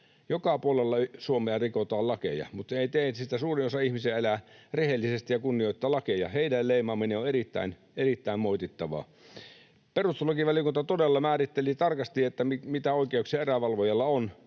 Joka puolella Suomea rikotaan lakeja, mutta suurin osa ihmisistä elää rehellisesti ja kunnioittaa lakeja. Heidän leimaaminen on erittäin moitittavaa. Perustuslakivaliokunta todella määritteli tarkasti, mitä oikeuksia erävalvojalla on.